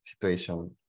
situation